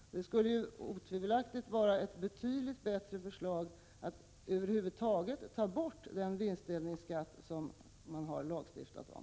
Men det skulle otvivelaktigt vara ett betydligt bättre förslag att helt ta bort den vinstdelningsskatt som man har lagstiftat om.